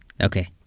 Okay